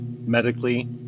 medically